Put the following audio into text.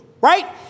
right